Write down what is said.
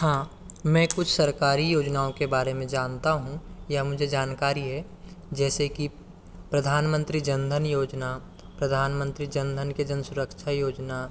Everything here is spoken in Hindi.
हाँ मैं कुछ सरकारी योजनाओं के बारे में जानता हूँ या मुझे जानकारी हे जैसे कि प्रधानमंत्री जनधन योजना प्रधानमंत्री जनधन की जन सुरक्षा योजना